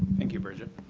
thank you, bridget.